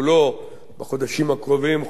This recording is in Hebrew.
בחודשים הקרובים, חודשי הבחירות,